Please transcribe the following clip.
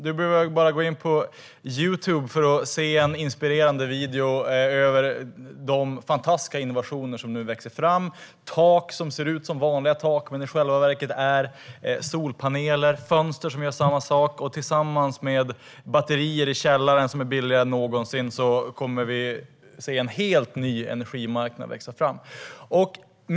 Du behöver bara gå in på Youtube för att se en inspirerande video över de fantastiska innovationer som nu växer fram. Med tak som ser ut som vanliga tak men i själva verket är solpaneler, fönster som gör samma sak och batterier i källaren som är billigare än någonsin kommer vi att få se en helt ny energimarknad växa fram.